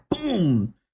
boom